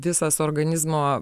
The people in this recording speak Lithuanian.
visas organizmo